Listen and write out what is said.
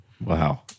Wow